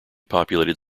populated